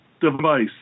device